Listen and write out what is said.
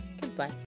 goodbye